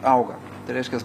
auga tai reiškias